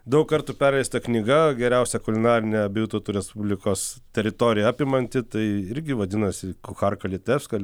daug kartų perleista knyga geriausia kulinarinė abiejų tautų respublikos teritorija apimanti tai irgi vadinasi kuharka litevsko